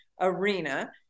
arena